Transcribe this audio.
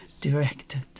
directed